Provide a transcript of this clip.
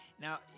Now